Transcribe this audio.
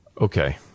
Okay